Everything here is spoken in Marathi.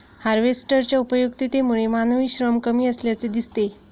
हार्वेस्टरच्या उपयुक्ततेमुळे मानवी श्रम कमी असल्याचे दिसते